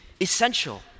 essential